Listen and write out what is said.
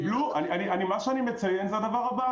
קיבלו מה שאני מציין זה הדבר הבא